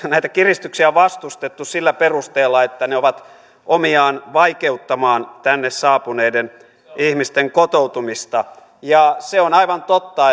näitä kiristyksiä on vastustettu sillä perusteella että ne ovat omiaan vaikeuttamaan tänne saapuneiden ihmisten kotoutumista ja se on aivan totta